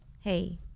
Hey